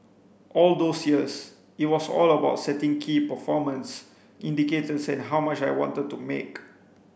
all those years it was all about setting key performance indicators and how much I wanted to make